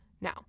Now